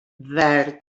verd